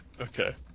Okay